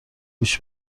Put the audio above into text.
گوش